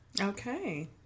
Okay